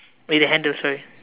with a handle sorry